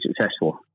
successful